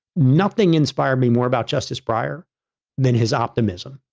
nothing inspired me more about justice prior than his optimism.